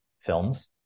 films